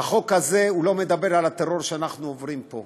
החוק הזה לא מדבר על הטרור שאנחנו עוברים פה,